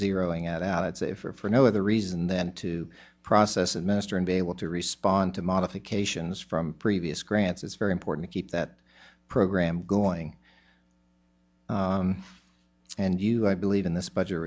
zeroing out out it's safer for no other reason than to process and master and be able to respond to modifications from previous grants it's very important to keep that program going and you i believe in this budget